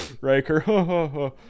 Riker